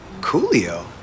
Coolio